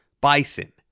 bison